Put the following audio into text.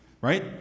right